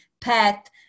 pet